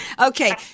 Okay